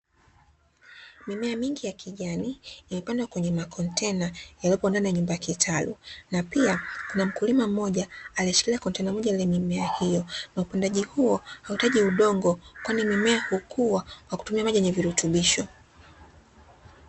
Mimea mingi ya kijani imepandwa kwenye makontena yaliyopo ndani ya nyumba kitalu, na pia kuna mkulima mmoja alieshikilia kontena moja lenye mimea hio kwa upandaji huo hauhitaji udongo kwani mimea hukua kwa kutumia maji yenye virutubisho.